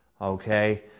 okay